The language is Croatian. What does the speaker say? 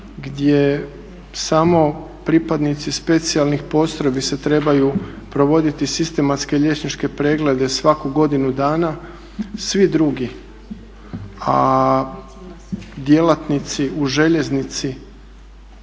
gdje samo pripadnici specijalnih postrojbi se trebaju provoditi sistematske liječničke preglede svaku godinu dana. Svi drugi, a djelatnici u željeznici